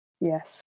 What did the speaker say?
yes